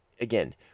again